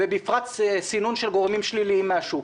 ובפרט סינון של גורמים שליליים מן השוק.